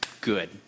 good